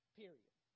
period